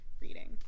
Reading